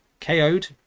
KO'd